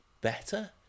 better